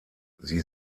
sie